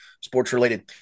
sports-related